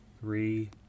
three